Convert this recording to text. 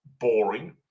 boring